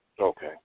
okay